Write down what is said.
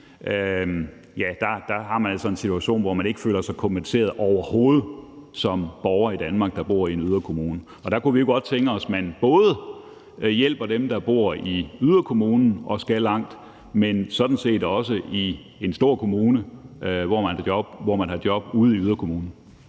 priser på energi ikke føler sig kompenseret, overhovedet, som borger i Danmark, der bor i en yderkommune. Der kunne vi godt tænke os, at man både hjælper dem, der bor i en yderkommune og skal langt, men sådan set også dem, der bor i en stor kommune, og som har job ude i en yderkommune.